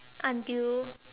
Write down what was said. until